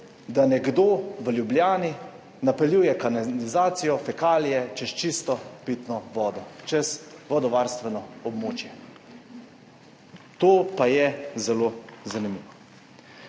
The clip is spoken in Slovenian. da nekdo v Ljubljani napeljuje kanalizacijo, fekalije čez čisto pitno vodo, čez vodovarstveno območje. To pa je zelo zanimivo.